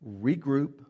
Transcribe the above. regroup